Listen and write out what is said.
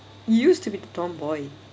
you used to be t~ tomboy